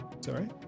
sorry